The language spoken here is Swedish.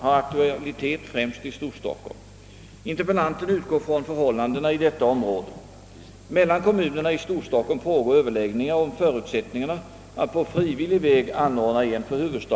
Enligt uppgifter i pressen är något förslag från regeringens sida i anledning av betänkandet inte att vänta för närvarande.